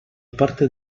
parte